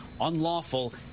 unlawful